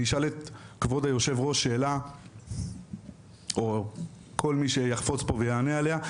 אני אשאל את כבוד היושב ראש שאלה או כל מי שיחפוץ פה ויענה עליה,